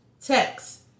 text